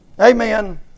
Amen